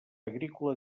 agrícola